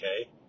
Okay